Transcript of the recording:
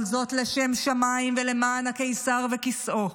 כל זאת לשם שמיים ולמען הקיסר וכיסאו.